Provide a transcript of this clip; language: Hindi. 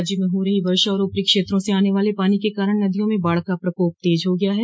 राज्य में हो रही वर्षा और ऊपरी क्षेत्रों से आने वाले पानी के कारण नदियों में बाढ़ का प्रकोप तेज हो गया है